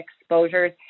exposures